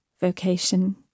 vocation